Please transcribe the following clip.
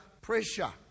pressure